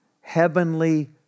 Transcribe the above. heavenly